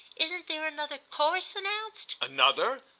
isn't there another course announced? another?